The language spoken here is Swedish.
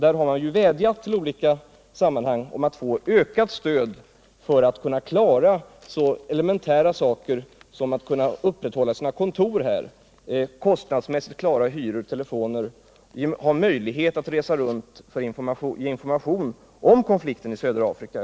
Man har vädjat till instanser att få ökat stöd för att kunna klara så elementära saker som öppethållande av sina kontor, man vill kostnadsmässigt klara hyror och telefoner, ha möjlighet att resa runt för information om konflikten i södra Afrika.